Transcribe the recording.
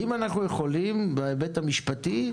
בהיבט המשפטי,